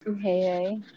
hey